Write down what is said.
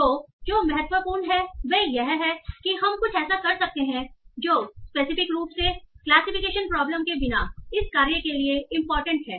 तो जो महत्वपूर्ण है वह यह है कि हम कुछ ऐसा कर सकते हैं जो स्पेसिफिक रूप से क्लासिफिकेशन प्रॉब्लम के बिना इस कार्य के लिए इंपॉर्टेंट है